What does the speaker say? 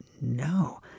no